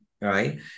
right